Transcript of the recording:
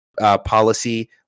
policy